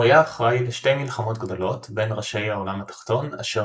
הוא היה אחראי לשתי מלחמות גדולות בין ראשי העולם התחתון אשר